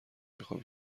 میخوام